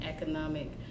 economic